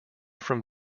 from